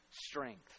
strength